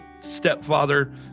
stepfather